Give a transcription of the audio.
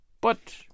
But